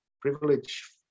privilege